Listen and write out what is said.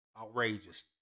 outrageous